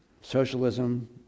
socialism